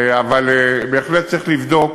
אבל בהחלט צריך לבדוק.